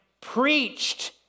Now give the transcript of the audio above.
preached